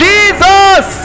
Jesus